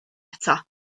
eto